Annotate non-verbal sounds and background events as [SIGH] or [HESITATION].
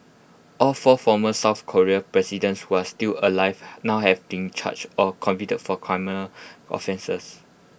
all four former south Korean presidents who are still alive [HESITATION] now have been charged or convicted for criminal offences